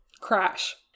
crash